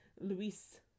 luis